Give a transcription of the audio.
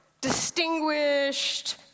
distinguished